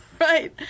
Right